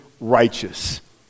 righteous